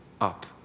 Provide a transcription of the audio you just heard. up